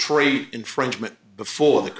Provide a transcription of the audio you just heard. tree infringement before the